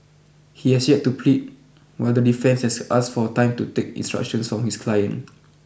he has yet to plead while the defence has asked for time to take instructions from his client